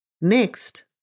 Next